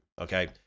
Okay